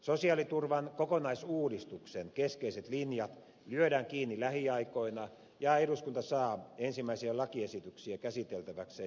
sosiaaliturvan kokonaisuudistuksen keskeiset linjat lyödään kiinni lähiaikoina ja eduskunta saa ensimmäisiä lakiesityksiä käsiteltäväkseen jo tänä vuonna